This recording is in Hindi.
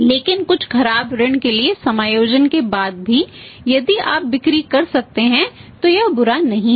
लेकिन कुछ खराब ऋणों के लिए समायोजन के बाद भी यदि आप बिक्री कर सकते हैं तो यह बुरा नहीं है